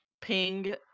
ping